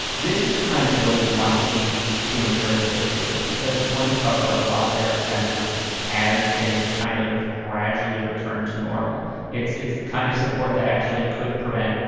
this is the kind of bill you want to see to ensure that they do, because it's going to cover a lot of their expenses as things kind of gradually return to normal. it's it's the kind of support that actually could prevent,